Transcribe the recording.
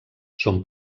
són